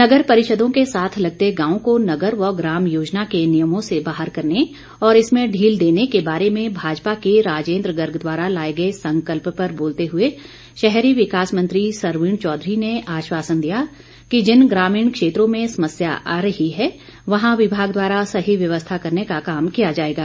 नगर परिषदों के साथ लगते गांव को नगर व ग्राम योजना के नियमों से बाहर करने और इसमें ढील देने के बारे में भाजपा के राजेन्द्र गर्ग द्वारा लाए गए संकल्प पर बोलते हुए शहरी विकास मंत्री सरवीण चौधरी ने आश्वासन दिया कि जिन ग्रामीण क्षेत्रों में समस्या आ रही है वहां विभाग द्वारा सही व्यवस्था करने का काम किया जाएगा